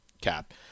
Cap